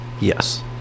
Yes